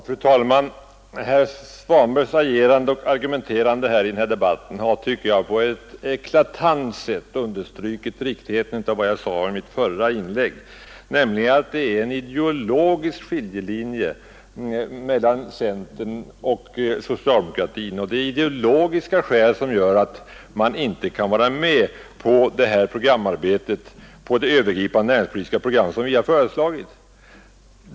Fru talman! Herr Svanbergs agerande och argumenterande i denna debatt har på ett eklatant sätt understrukit riktigheten av vad jag sade i mitt förra inlägg, nämligen att det är en ideologisk skiljelinje mellan centern och socialdemokratin. Det är ideologiska skäl som gör att man inte kan vara med på det övergripande näringspolitiska program som vi har föreslagit.